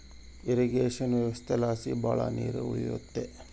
irrigation ವ್ಯವಸ್ಥೆಲಾಸಿ ಭಾಳ ನೀರ್ ಉಳಿಯುತ್ತೆ